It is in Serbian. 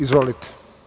Izvolite.